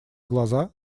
глаза